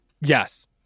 Yes